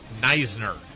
Neisner